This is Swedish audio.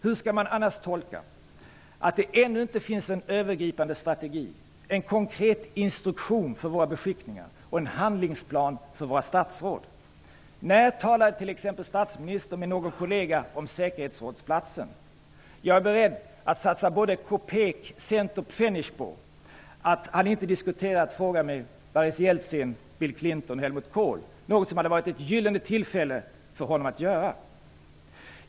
Hur skall man annars tolka att det ännu inte finns en övergripande strategi, en konkret instruktion för våra beskickningar och en handlingsplan för våra statsråd? När talade t.ex. statsministern med någon kollega om säkerhetsrådsplatsen? Jag är beredd att satsa både kopek, cent och pfennig på att han inte diskuterat frågan med Boris Jeltsin, Bill Clinton eller Helmuth Kohl. Han borde ha utnyttjat det gyllene tillfället att göra det.